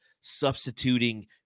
substituting